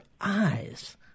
eyes